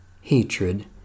hatred